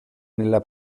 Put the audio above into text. nella